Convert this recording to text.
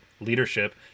leadership